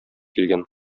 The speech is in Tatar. килгән